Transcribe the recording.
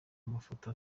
amafoto